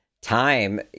time